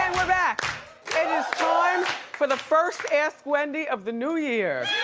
we're back! it is time for the first ask wendy of the new year.